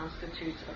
constitutes